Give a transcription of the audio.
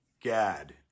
Gad